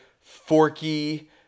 Forky